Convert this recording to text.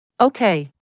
Okay